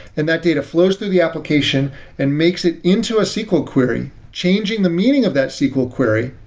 and that data flows through the application and makes it into a sql query, changing the meaning of that sql query.